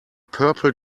purple